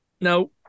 no